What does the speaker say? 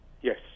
Yes